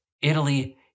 Italy